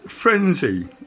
frenzy